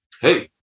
Hey